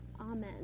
Amen